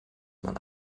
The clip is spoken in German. man